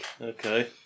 Okay